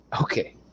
Okay